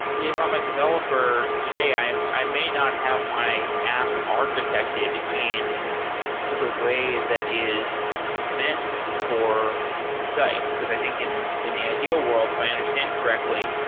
if i'm a developer today, i may not have my app architected in the way that is meant for zeit, because i think in in the ideal world, if i understand correctly,